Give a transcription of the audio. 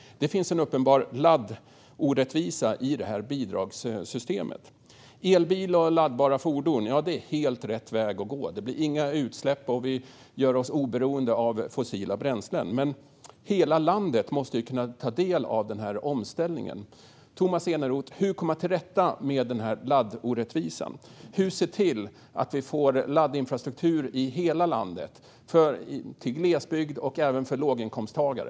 Det finns en uppenbar laddorättvisa i det här bidragssystemet. Elbilar och laddbara fordon är helt rätt väg att gå. Det blir inga utsläpp, och vi gör oss oberoende av fossila bränslen. Men hela landet måste ju kunna ta del av den här omställningen. Tomas Eneroth! Hur ska man komma till rätta med denna laddorättvisa? Hur ska man se till att vi får laddinfrastruktur i hela landet, även i glesbygd och för låginkomsttagare?